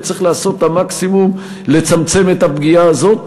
וצריך לעשות את המקסימום לצמצם את הפגיעה הזאת.